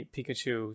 Pikachu